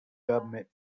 government